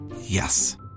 Yes